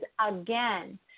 again